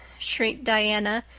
shrieked diana,